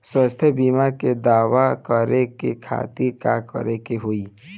स्वास्थ्य बीमा के दावा करे के खातिर का करे के होई?